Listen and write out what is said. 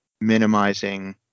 minimizing